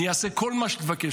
אני אעשה כל מה שתבקש,